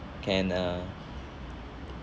can uh